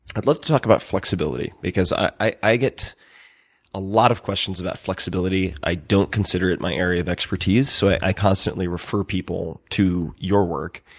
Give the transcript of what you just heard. i'd love to talk about flexibility, because i i get a lot of questions about flexibility. i don't consider it my area of expertise, so i constantly refer people to your work.